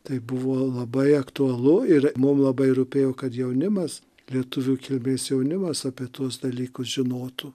tai buvo labai aktualu ir mum labai rūpėjo kad jaunimas lietuvių kilmės jaunimas apie tuos dalykus žinotų